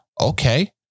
Okay